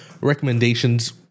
recommendations